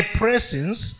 presence